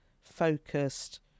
focused